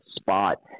spot